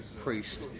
Priest